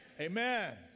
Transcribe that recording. Amen